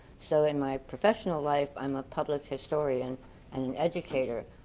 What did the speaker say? so in my professional life, i'm a public historian and an educator.